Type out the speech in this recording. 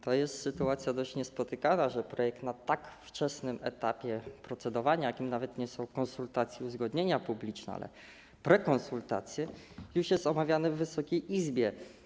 To jest sytuacja dość niespotykana, że projekt na tak wczesnym etapie procedowania, jakim nawet nie są konsultacje i uzgodnienia publiczne, ale są prekonsultacje, już jest omawiany w Wysokiej Izbie.